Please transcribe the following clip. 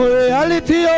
reality